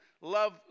love